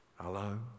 hello